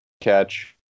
catch